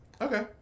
Okay